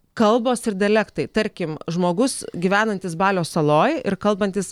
kalbos ir dialektai tarkim žmogus gyvenantis balio saloj ir kalbantis